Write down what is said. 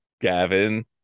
Gavin